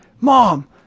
Mom